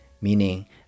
meaning